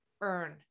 earn